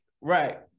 right